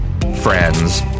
friends